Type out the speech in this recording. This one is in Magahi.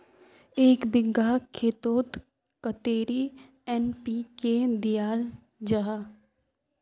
एक बिगहा खेतोत कतेरी एन.पी.के दियाल जहा?